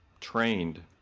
trained